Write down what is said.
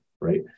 right